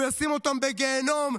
הוא ישים אותם בגיהינום,